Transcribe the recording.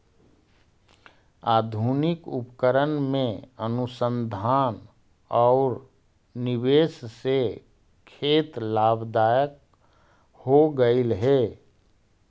आधुनिक उपकरण में अनुसंधान औउर निवेश से खेत लाभदायक हो गेलई हे